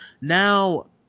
Now